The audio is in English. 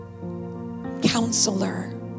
counselor